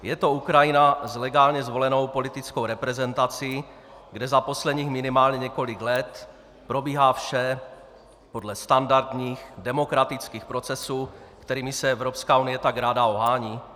Je to Ukrajina s legálně zvolenou politickou reprezentací, kde za posledních minimálně několik let probíhá vše podle standardních demokratických procesů, kterými se Evropské unie tak ráda ohání?